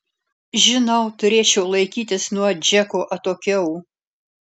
žinau turėčiau laikytis nuo džeko atokiau